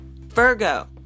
Virgo